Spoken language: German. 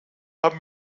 haben